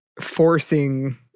forcing